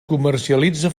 comercialitza